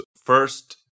First